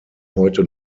heute